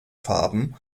farben